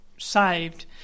Saved